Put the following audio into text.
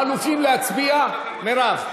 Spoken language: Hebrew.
לחלופין להצביע, מרב?